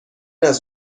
است